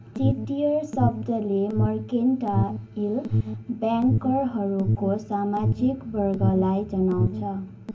चेट्टियर शब्दले मर्केन्टाइल ब्याङ्करहरूको सामाजिक वर्गलाई जनाउँछ